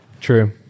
True